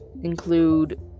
include